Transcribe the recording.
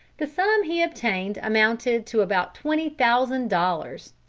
the sum he obtained amounted to about twenty thousand dollars,